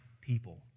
people